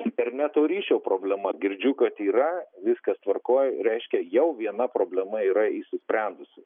interneto ryšio problema girdžiu kad yra viskas tvarkoj reiškia jau viena problema yra išsisprendusi